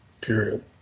period